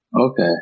Okay